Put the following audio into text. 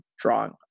drawing